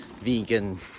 vegan